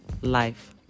Life